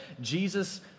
Jesus